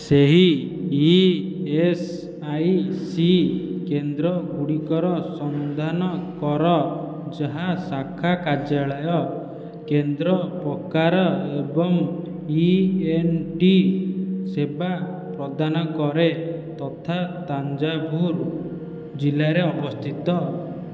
ସେହି ଇଏସ୍ଆଇସି କେନ୍ଦ୍ରଗୁଡ଼ିକର ସନ୍ଧାନ କର ଯାହା ଶାଖା କାର୍ଯ୍ୟାଳୟ କେନ୍ଦ୍ର ପ୍ରକାର ଏବଂ ଇଏନ୍ଟି ସେବା ପ୍ରଦାନ କରେ ତଥା ତାଞ୍ଜାଭୂର ଜିଲ୍ଲାରେ ଅବସ୍ଥିତ